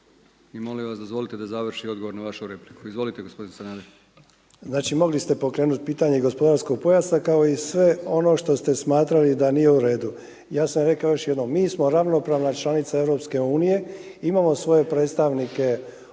dozvolite da završi odgovor na vašu repliku. Izvolite. **Sanader, Ante (HDZ)** Znači mogli ste pokrenuti pitanje gospodarskog pojasa kao i sve ono što ste smatrali da nije uredu. Ja sam rekao još jednom, mi smo ravnopravna članica EU imamo svoje predstavnike u